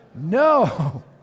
No